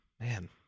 Man